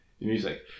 Music